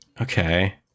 Okay